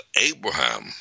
Abraham